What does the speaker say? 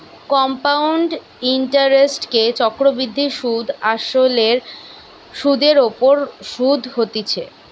compound ইন্টারেস্টকে চক্রবৃদ্ধি সুধ আসলে সুধের ওপর শুধ হতিছে